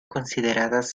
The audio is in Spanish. consideradas